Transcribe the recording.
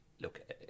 look